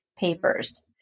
Papers